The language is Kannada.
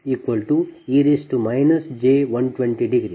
2ej240e j120